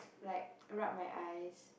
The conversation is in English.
like rub my eyes